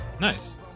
Nice